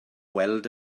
weld